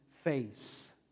face